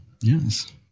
Yes